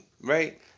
right